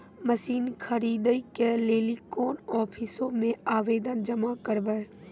Machine खरीदै के लेली कोन आफिसों मे आवेदन जमा करवै?